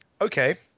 okay